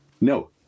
no